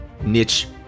niche